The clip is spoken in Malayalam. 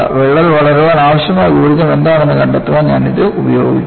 വിള്ളൽ വളരാൻ ആവശ്യമായ ഊർജ്ജം എന്താണെന്ന് കണ്ടെത്താൻ ഞാൻ ഇത് ഉപയോഗിക്കും